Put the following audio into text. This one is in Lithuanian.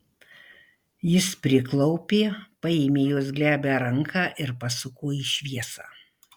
jis priklaupė paėmė jos glebią ranką ir pasuko į šviesą